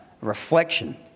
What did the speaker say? reflection